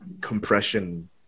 compression